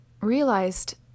realized